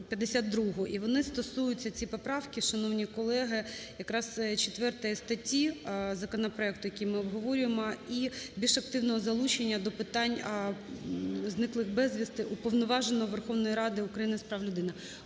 І вони стосуються, ці поправки, шановні колеги, якраз 4 статті законопроекту, який ми обговорюємо, і більш активного залучення до питань зниклих безвісти Уповноваженого Верховної Ради України з прав людини.